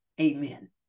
Amen